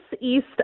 east